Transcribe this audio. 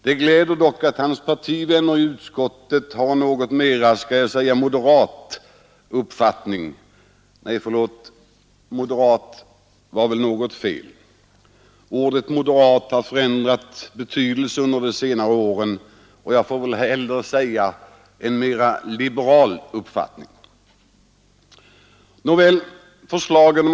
Det är dock glädjande att herr Sjöholms partivänner i utskottet har en något mera moderat uppfattning — nej, förlåt, moderat var väl fel ord, eftersom det har fått en ändrad betydelse under de senare åren, och därför får jag väl hellre säga en mera liberal uppfattning.